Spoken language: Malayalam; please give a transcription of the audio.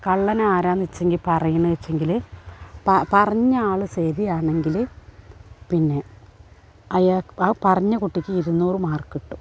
കള്ളൻ ആരാണെന്നു വെച്ചെങ്കിൽ പറയണേച്ചെങ്കിൽ പ പറഞ്ഞയാൾ ശരിയാണെങ്കിൽ പിന്നെ അയാ ആ പറഞ്ഞ കുട്ടിക്കിരുന്നൂറ് മാർക്കു കിട്ടും